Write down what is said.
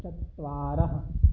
चत्वारः